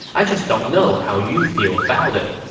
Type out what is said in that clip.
i just don't know how you feel about it.